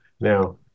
now